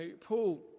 Paul